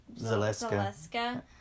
Zaleska